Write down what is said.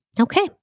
Okay